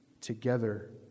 together